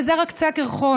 וזה רק קצה הקרחון.